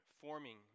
forming